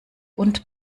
und